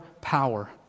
power